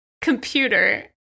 computer